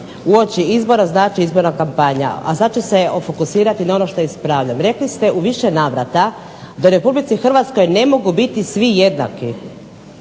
uoči izbora. Znači, izborna kampanja. A sad ću se fokusirati na ono što ispravljam. Rekli ste u više navrata da u Republici Hrvatskoj ne mogu biti svi jednaki.